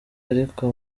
ariko